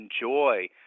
enjoy